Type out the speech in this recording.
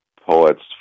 poets